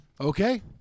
okay